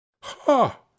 Ha